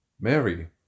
mary